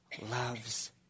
loves